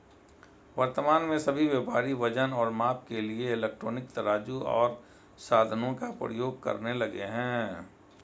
वर्तमान में सभी व्यापारी वजन और माप के लिए इलेक्ट्रॉनिक तराजू ओर साधनों का प्रयोग करने लगे हैं